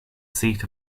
seat